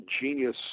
genius